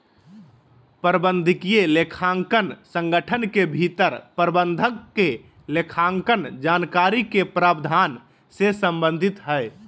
प्रबंधकीय लेखांकन संगठन के भीतर प्रबंधक के लेखांकन जानकारी के प्रावधान से संबंधित हइ